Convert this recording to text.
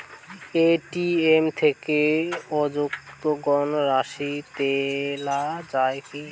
ATM থেকে অযুগ্ম রাশি তোলা য়ায় কি?